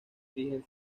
origen